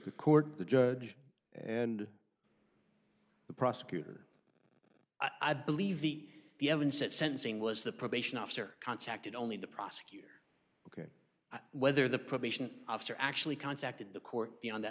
the court the judge and the prosecutor i believe the the evidence at sentencing was the probation officer contacted only the prosecutor ok whether the probation officer actually contacted the court beyond that